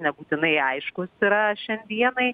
nebūtinai aiškus yra šiandienai